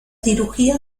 cirugía